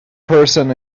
person